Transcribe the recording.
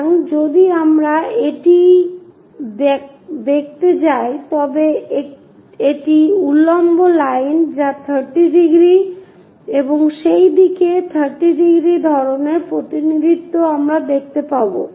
সুতরাং যদি আমরা এটি দেখতে যাই তবে এটি উল্লম্ব লাইন যা 30 ডিগ্রি এবং সেই দিকে 30 ডিগ্রী ধরণের প্রতিনিধিত্ব আমরা দেখতে পাব